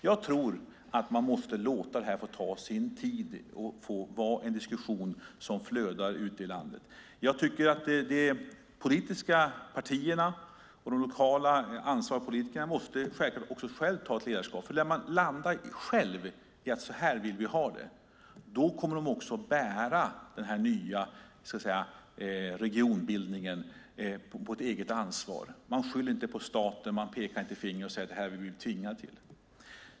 Jag tror att man måste låta det här få ta sin tid. Diskussionen måste flöda i landet. De politiska partierna och de ansvariga lokala politikerna måste själva utöva ett ledarskap. När de själva landar i hur de vill ha det kommer de också att bära den nya regionbildningen med ett eget ansvar. De kommer inte att skylla på staten, peka finger och säga att de har blivit tvingade.